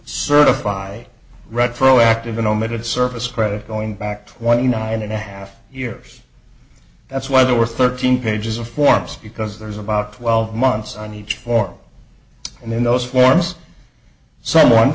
certify retroactive and omitted service credit going back twenty nine and a half years that's why there were thirteen pages of forms because there's about twelve months on each form and then those forms someone